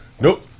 Nope